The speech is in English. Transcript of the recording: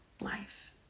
life